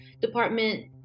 department